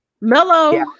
Melo